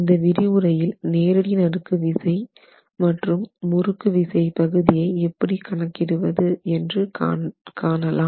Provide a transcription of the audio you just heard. இந்த விரிவுரையில் நேரடி நறுக்கு விசை மற்றும் முறுக்கு விசை பகுதியை எப்படி கணக்கிடுவது என்று காணலாம்